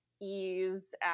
ease